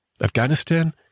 Afghanistan